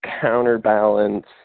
counterbalance